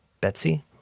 Betsy